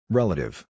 relative